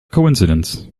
coincidence